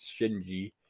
Shinji